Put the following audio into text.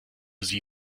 sie